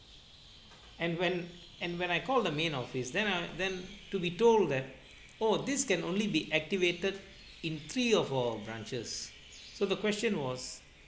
and when and when I call the main office then I then to be told that oh this can only be activated in three or four branches so the question was